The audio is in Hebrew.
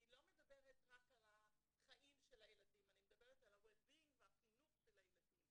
אני לא מדברת רק על החיים של הילדים אלא אני מדברת על החינוך של הילדים.